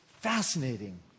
fascinating